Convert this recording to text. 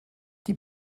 die